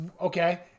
Okay